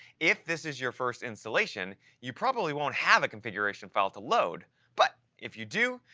if this is your first installation, you probably won't have a configuration file to load but if you do,